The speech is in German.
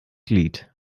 glied